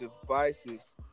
devices